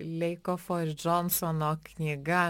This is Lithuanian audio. leikofo ir džonsono knyga